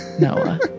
Noah